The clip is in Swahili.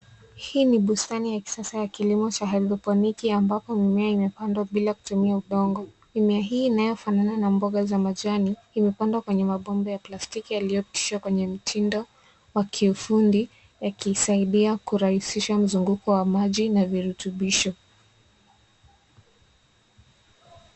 Hii ni bustani ya kisasa ya kilimo cha hydroponic ambapo mimea imepandwa bila kutumia udongo. Mimea hii inayofanana na mboga za majani, imepandwa kwenye mabomba ya plastiki yaliyotishwa kwenye mtindo wa kiufundi, yakisaidia kurahisisha mzunguko wa maji na virutubisho.